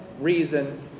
reason